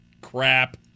crap